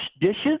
dishes